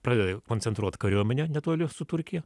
pradeda jau koncentruot kariuomenę netoli su turkija